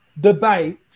debate